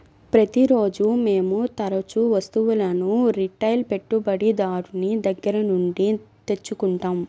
ప్రతిరోజూ మేము తరుచూ వస్తువులను రిటైల్ పెట్టుబడిదారుని దగ్గర నుండి తెచ్చుకుంటాం